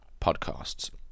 podcasts